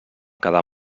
quedar